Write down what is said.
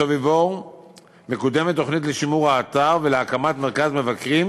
בסוביבור מקודמת תוכנית לשימור האתר ולהקמת מרכז מבקרים,